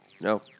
No